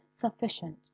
sufficient